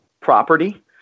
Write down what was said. property